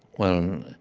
well,